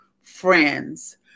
friends